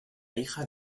hija